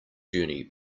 journey